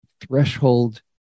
threshold